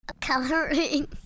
Coloring